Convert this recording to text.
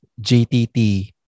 JTT